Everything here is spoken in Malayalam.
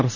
എസ്